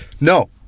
No